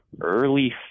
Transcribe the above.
early